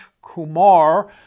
Kumar